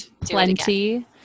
plenty